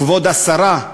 כבוד השרה,